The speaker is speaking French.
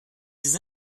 des